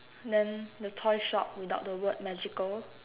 then the toy shop without the word magical